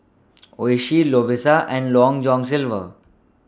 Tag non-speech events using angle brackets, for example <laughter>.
<noise> Oishi Lovisa and Long John Silver